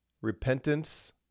repentance